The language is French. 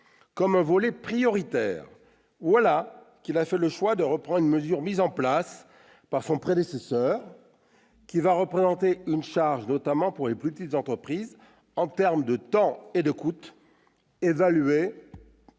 comme un volet prioritaire, voilà qu'il a fait le choix de reprendre une mesure mise en place par son prédécesseur, laquelle va représenter une charge notamment pour les plus petites entreprises, en termes de temps et de coût, évaluée